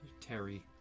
Terry